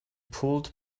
pulled